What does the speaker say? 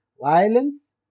Violence